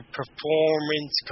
performance